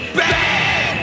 bad